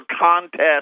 contest